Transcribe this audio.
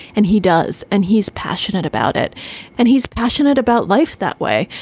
and he does. and he's passionate about it and he's passionate about life that way.